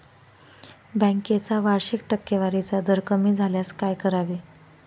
बँकेचा वार्षिक टक्केवारीचा दर कमी झाल्यास काय करावे?